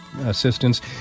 assistance